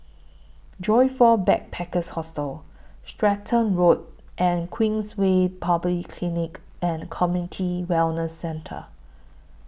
Joyfor Backpackers' Hostel Stratton Road and Queenstown Polyclinic and Community Wellness Centre